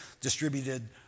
distributed